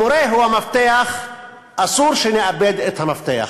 המורה הוא המפתח, אסור שנאבד את המפתח.